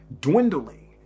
dwindling